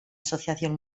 asociación